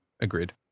Agreed